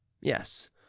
yes